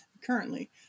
currently